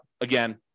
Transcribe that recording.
again